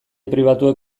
pribatuek